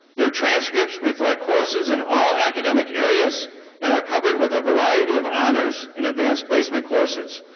their transcripts reflect courses in all academic areas and are covered with a variety of honors and advanced placement courses.